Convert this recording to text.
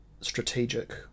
strategic